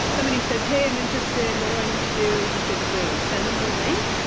somebody says, hey, i'm interested, what do i need to do? you just boom, send them the link,